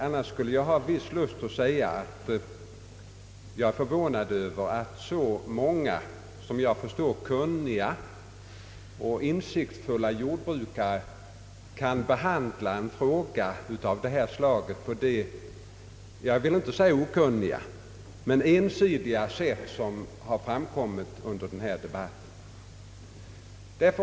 Annars skulle jag ha viss lust att säga, att jag är förvånad att så många och, som jag förstår, kunniga och insiktsfulla jordbrukare kan behandla en fråga av det här slaget på det, jag vill inte säga okunniga men ensidiga, sätt som framkommit under debatten.